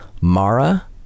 Mara